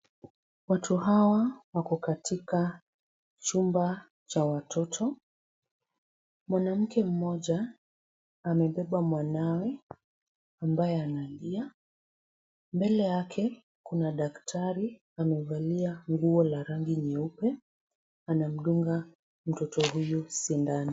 Watu hawa wako katika chumba cha watoto. Mwanamke mmoja amebeba mwanawe ambaye analia. Mbele yake kuna daktari amevalia nguo la rangi nyeupe. Anamdunga mtoto huyu sindano.